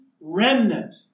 remnant